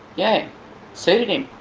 yeah it suited him.